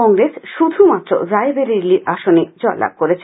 কংগ্রেস শুধুমাত্র রায়বেরেলির আসনে জয়লাভ করেছে